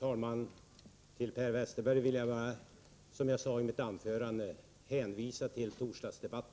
Herr talman! Som jag sade i mitt anförande, Per Westerberg, hänvisar jag till torsdagens debatt.